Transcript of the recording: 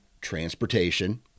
transportation